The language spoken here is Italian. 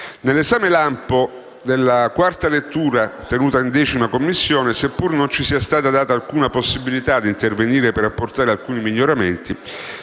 Nell'esame lampo della quarta lettura tenuta in 10a Commissione, seppur non ci sia stata data alcuna possibilità di intervenire per apportare alcuni miglioramenti,